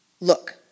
Look